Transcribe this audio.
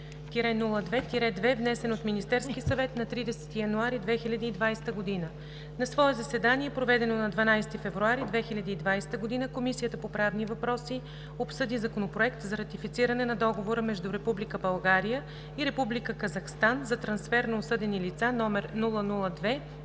002-02-2, внесен от Министерския съвет на 30 януари 2020 г. На свое заседание, проведено на 12 февруари 2020 г., Комисията по правни въпроси обсъди Законопроект за ратифициране на Договора между Република България и Република Казахстан за трансфер на осъдени лица, № 002-02-2,